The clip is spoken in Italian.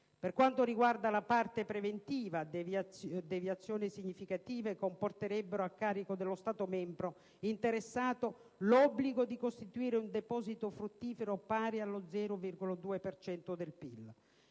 Per quanto riguarda la parte preventiva, deviazioni significative comporterebbero, a carico dello Stato membro interessato, l'obbligo di costituire un deposito fruttifero pari allo 0,2 per